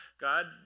God